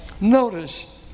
notice